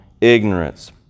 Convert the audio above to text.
ignorance